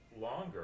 longer